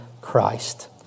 Christ